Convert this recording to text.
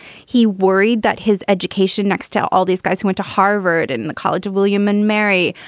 he worried that his education next to all these guys who went to harvard and and the college of william and mary,